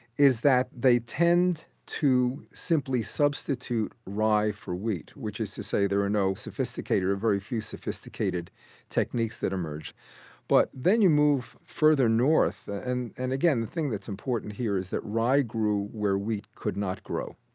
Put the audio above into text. is that they tend to simply substitute rye for wheat, which is to say there are no sophisticated or very few sophisticated techniques that are merged but then you move farther north and, and again, the thing that's important here is that rye grew where wheat could not grow.